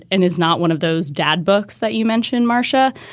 and is not one of those dad books that you mentioned, marcia?